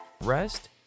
Rest